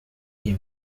iyi